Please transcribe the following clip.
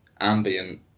Ambient